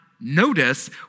notice